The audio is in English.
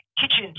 kitchen